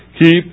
keep